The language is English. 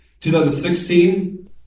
2016